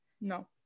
no